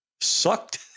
sucked